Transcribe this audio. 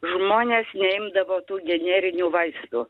žmonės neimdavo tų generinių vaistų